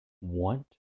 want